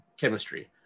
chemistry